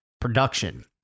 production